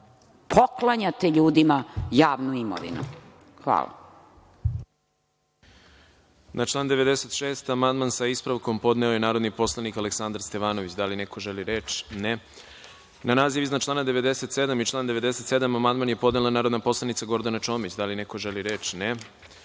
poklanjate ljudima javnu imovinu. Hvala.